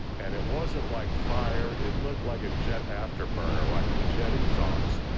and it wasn't like fire. it looked like a jet afterburner, like jet exhaust.